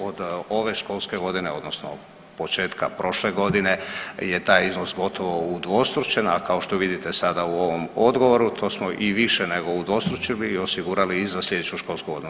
Od ove školske godine, odnosno početka prošle godine je taj iznos gotovo udvostručen, a kao što vidite u ovom odgovoru to smo i više nego udvostručili i osigurali i za sljedeću školsku godinu.